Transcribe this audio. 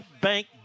Bank